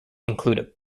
include